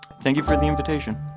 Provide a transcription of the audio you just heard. thank you for the invitation